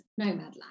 Nomadland